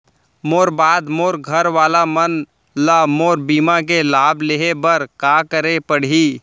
मोर बाद मोर घर वाला मन ला मोर बीमा के लाभ लेहे बर का करे पड़ही?